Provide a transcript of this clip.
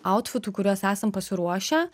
autfitų kuriuos esam pasiruošę